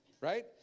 right